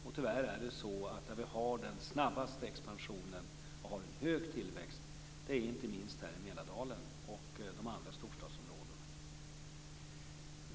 Och tyvärr är det så att där vi har den snabbaste expansionen och en hög tillväxt inte minst är här i Mälardalen och de andra storstadsområdena.